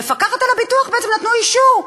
המפקחת על הביטוח בעצם נתנה אישור: